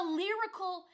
lyrical